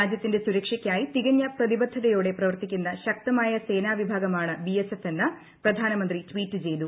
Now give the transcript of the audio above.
രാജ്യത്തിന്റെ സുരക്ഷയ്ക്കായി തികഞ്ഞ പ്രതിബദ്ധതയോടെ പ്രവർത്തിക്കുന്ന ശക്തമായ സേനാവിഭാഗം ആണ് ബിഎസ്എഫ് എന്ന് പ്രധാനമന്ത്രി ട്വീറ്റ് ചെയ്തു